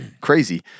crazy